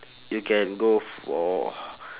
you can go for